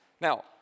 Now